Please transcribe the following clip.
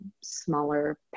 smaller